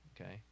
Okay